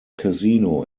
casino